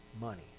Money